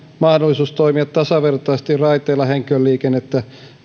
mahdollisuus toimia tasavertaisesti raiteilla henkilöliikennettä